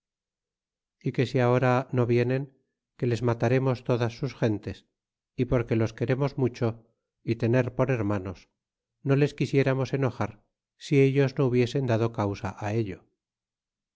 decir que si ahora no vienen que les matarémos todas sus gentes y porque los queremos mucho y tener por hermanos no les quisiéramos enojar si ellos no hubiesen dado causa á ello